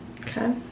Okay